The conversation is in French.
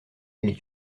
les